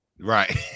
Right